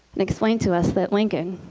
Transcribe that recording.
and explained to us that lincoln,